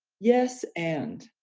yes, and,